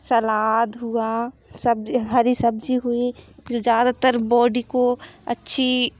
सलाद हुआ सब्ज़ी हरी सब्ज़ी हुई ज़्यादातर बॉडी को अच्छी